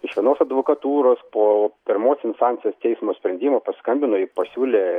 iš vienos advokatūros po pirmos instancijos teismo sprendimo paskambino ir pasiūlė